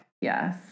yes